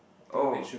oh